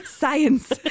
Science